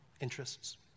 interests